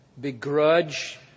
begrudge